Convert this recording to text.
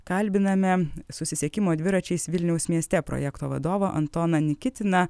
kalbiname susisiekimo dviračiais vilniaus mieste projekto vadovą antoną nikitiną